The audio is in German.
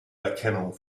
erkennung